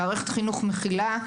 מערכת חינוך מכילה.